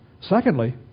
Secondly